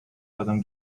آدم